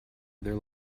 other